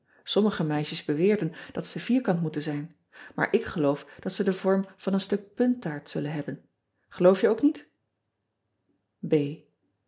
ommige meisjes beweerden dat ze vierkant moeten zijn maar ik geloof dat ze den vorm van een stuk punttaart zullen hebben eloof je ook niet